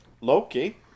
Loki